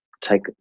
take